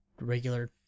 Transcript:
regular